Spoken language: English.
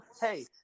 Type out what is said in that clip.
Hey